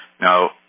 Now